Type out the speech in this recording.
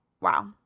wow